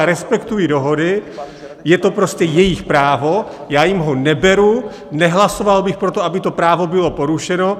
Respektuji dohody, je to prostě jejich právo, já jim ho neberu, nehlasoval bych pro to, aby to právo bylo porušeno.